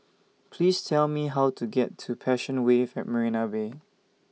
Please Tell Me How to get to Passion Wave At Marina Bay